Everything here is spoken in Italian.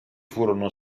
furono